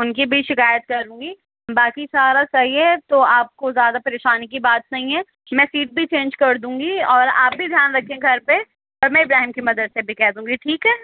ان کی بھی شکایت کروں گی باقی سارا صحیح ہے تو آپ کو زیادہ پریشانی کی بات نہیں ہے میں سیٹ بھی چینج کر دوں گی اور آپ بھی دھیان رکھیے گھر پہ اور میں ابراہیم کے مدر سے بھی کہہ دوں گی ٹھیک ہے